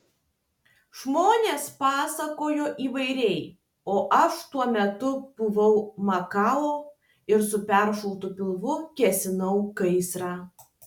žmonės pasakojo įvairiai o aš tuo metu buvau makao ir su peršautu pilvu gesinau gaisrą